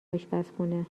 آشپزخونه